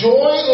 Joy